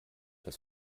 das